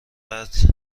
قتل